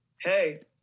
hey